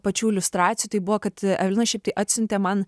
pačių iliustracijų tai buvo kad evelina šiaip tai atsiuntė man